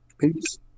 Peace